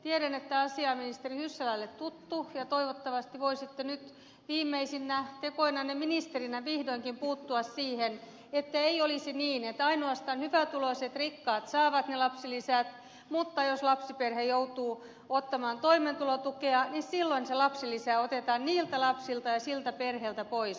tiedän että asia on ministeri hyssälälle tuttu ja toivottavasti voisitte nyt viimeisinä tekoinanne ministerinä vihdoinkin puuttua siihen että ei olisi niin että ainoastaan hyvätuloiset rikkaat saavat ne lapsilisät mutta jos lapsiperhe joutuu ottamaan toimeentulotukea niin silloin se lapsilisä otetaan niiltä lapsilta ja siltä perheeltä pois